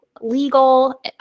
legal